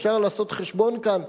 אפשר לעשות חשבון כאן,